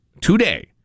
today